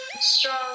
Strong